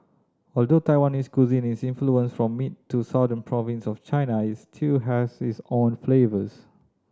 although Taiwanese cuisine is influenced from mid to southern province of China it still has its own flavours